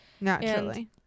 Naturally